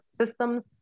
systems